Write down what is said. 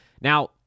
Now